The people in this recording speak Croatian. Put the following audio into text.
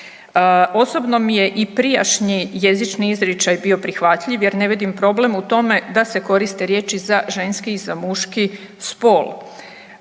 Osobno mi je i prijašnji jezični izričaj bio prihvatljiv jer ne vidim problem u tome da se koriste riječi za ženski i za muški spol.